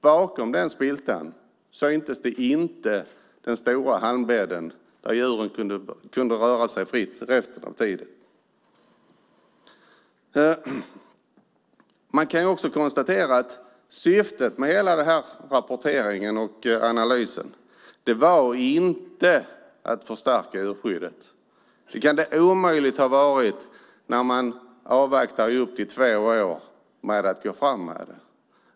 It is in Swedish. Bakom den spiltan syntes inte den stora halmbädden där djuren kunde röra sig fritt resten av tiden. Man kan också konstatera att syftet med hela denna rapportering och denna analys inte var att förstärka djurskyddet. Det kan det omöjligt ha varit när man avvaktade i upp till två år med att gå fram med detta.